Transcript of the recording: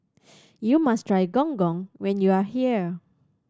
you must try Gong Gong when you are here